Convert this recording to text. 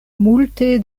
multe